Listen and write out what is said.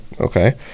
Okay